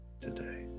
today